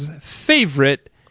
favorite